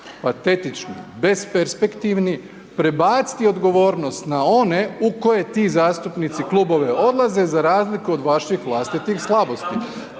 patetični, besperspektivni prebaciti odgovornost na one u koje ti zastupnici klubove odlaze za razliku od vaših vlastitih slabosti.